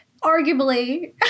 arguably